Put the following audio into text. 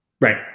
Right